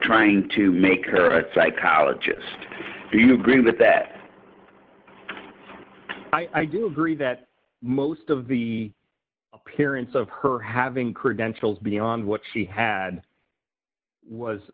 trying to make her a psychologist you know green that that i do agree that most of the appearance of her having credentials beyond what she had was